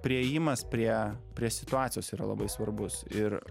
priėjimas prie prie situacijos yra labai svarbus ir